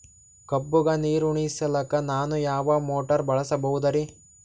ಕಬ್ಬುಗ ನೀರುಣಿಸಲಕ ನಾನು ಯಾವ ಮೋಟಾರ್ ಬಳಸಬಹುದರಿ?